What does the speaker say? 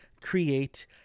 create